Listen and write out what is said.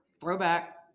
Throwback